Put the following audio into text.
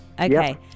Okay